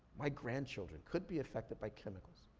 my grandchildren could be affected by chemicals